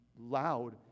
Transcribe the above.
loud